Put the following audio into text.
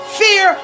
fear